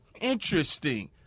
Interesting